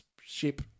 ship